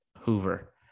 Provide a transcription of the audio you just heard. Hoover